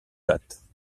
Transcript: date